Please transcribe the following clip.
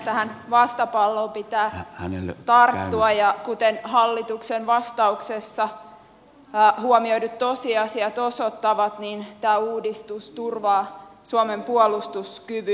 tähän vastapalloon pitää tarttua ja kuten hallituksen vastauksessa huomioidut tosiasiat osoittavat niin tämä uudistus turvaa suomen puolustuskyvyn